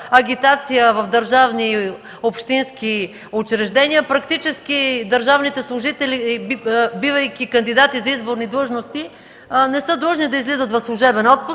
агитация в държавни, общински учреждения, практически държавните служители, бивайки кандидати за изборни длъжности, не са длъжни да излизат в служебен отпуск.